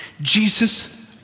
Jesus